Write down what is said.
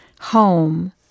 home